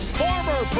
former